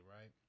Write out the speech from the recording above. right